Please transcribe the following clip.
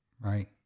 right